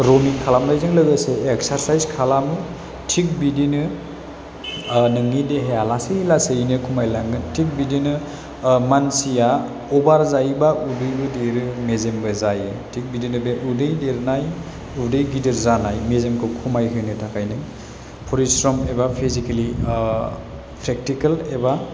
roaming खालामनायजों लोगोसे exercise खालाम थिग बिदिनो नोंनि देहाया लासै लासैयैनो खमाय लांगोन थिग बिदिनो मानसिया अभार जायोबा उदैबो देरो मेजेमबो जायो थिग बिदिनो बे उदै देरनाय उदै गिदिर जानाय मेजेमखौ खमायहोनो थाखायनो फरिस्रम एबा फेजिकेलि प्रेकटिकेल एबा